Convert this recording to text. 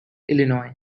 illinois